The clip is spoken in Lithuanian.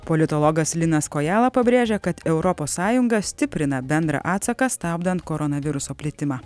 politologas linas kojala pabrėžia kad europos sąjunga stiprina bendrą atsaką stabdant koronaviruso plitimą